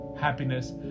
happiness